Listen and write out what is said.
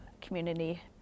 community